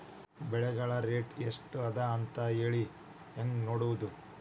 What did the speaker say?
ಬೆಳೆಗಳ ರೇಟ್ ಎಷ್ಟ ಅದ ಅಂತ ಹೇಳಿ ಹೆಂಗ್ ನೋಡುವುದು?